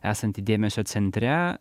esanti dėmesio centre